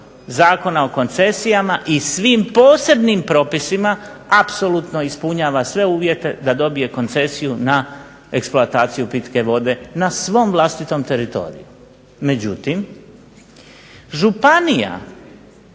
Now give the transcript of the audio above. Zakona o koncesijama i svim posebnim propisima apsolutno ispunjava sve uvjete da dobije koncesiju na eksploataciju pitke vode na svom vlastitom teritoriju. Međutim, županija